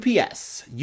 UPS